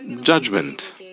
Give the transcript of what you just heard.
judgment